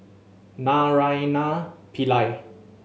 Naraina Pillai